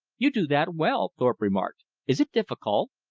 you do that well, thorpe remarked. is it difficult?